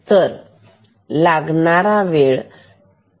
तर लागणारा वेळ 2000